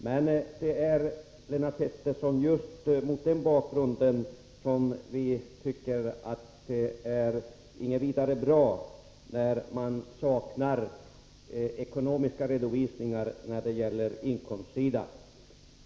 Men, Lennart Pettersson, just mot den bakgrunden tycker vi att det inte är vidare bra att det saknas ekonomiska redovisningar på inkomstsidan.